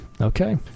Okay